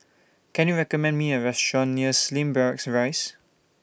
Can YOU recommend Me A Restaurant near Slim Barracks Rise